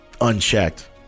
Unchecked